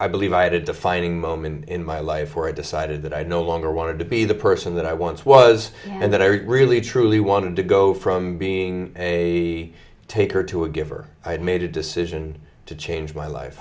i believe right a defining moment in my life where i decided that i no longer wanted to be the person that i once was and that i really truly wanted to go from being a taker to a giver i had made a decision to change my life